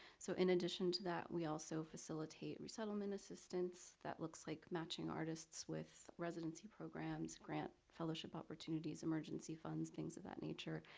so in addition to that, we also facilitate resettlement assistance that looks like matching artists with residency programs, grant, fellowship opportunities, emergency funds, things that nature.